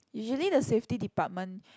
usually the safety department